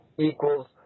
equals